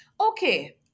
Okay